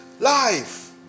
life